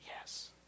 yes